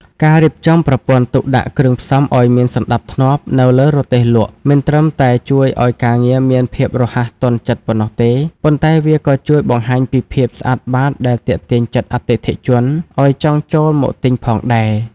ការរៀបចំប្រព័ន្ធទុកដាក់គ្រឿងផ្សំឱ្យមានសណ្ដាប់ធ្នាប់នៅលើរទេះលក់ មិនត្រឹមតែជួយឱ្យការងារមានភាពរហ័សទាន់ចិត្តប៉ុណ្ណោះទេ ប៉ុន្តែវាក៏ជួយបង្ហាញពីភាពស្អាតបាតដែលទាក់ទាញចិត្តអតិថិជនឱ្យចង់ចូលមកទិញផងដែរ។